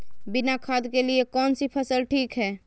बिना खाद के लिए कौन सी फसल ठीक है?